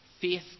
Faith